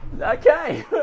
Okay